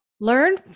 learn